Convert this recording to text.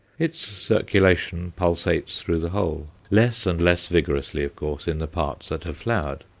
its circulation pulsates through the whole, less and less vigorously, of course, in the parts that have flowered,